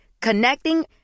Connecting